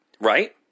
Right